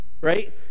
right